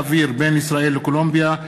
אוויר בין ישראל לקולומביה,